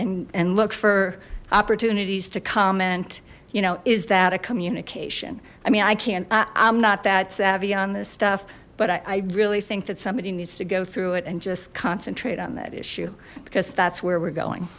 and and look for opportunities to comment you know is that a communication i mean i can't i'm not that savvy on this stuff but i really think that somebody needs to go through it and just concentrate on that issue because that's where we're going